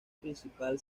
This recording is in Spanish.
principal